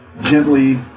gently